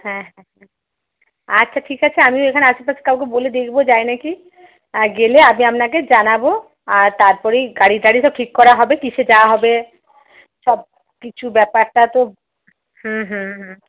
হ্যাঁ হ্যাঁ হ্যাঁ আচ্ছা ঠিক আছে আমিও এখানে আশেপাশে কাউকে বলে দেখবো যায় নাকি আর গেলে আমি আপনাকে জানাবো আর তারপরেই গাড়ি টারি সব ঠিক করা হবে কিসে যাওয়া হবে সবকিছু ব্যাপারটাতো হুম হুম হুম